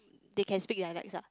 they can speak dialects ah